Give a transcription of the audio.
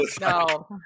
No